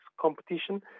competition